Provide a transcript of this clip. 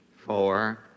four